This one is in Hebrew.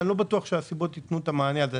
ואני לא בטוח שהסיבות ייתנו את המענה הזה.